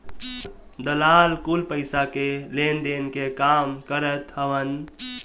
दलाल कुल पईसा के लेनदेन के काम करत हवन